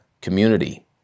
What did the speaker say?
community